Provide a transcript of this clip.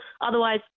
Otherwise